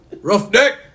Roughneck